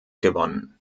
gewonnen